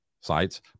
sites